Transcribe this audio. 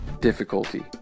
difficulty